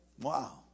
Wow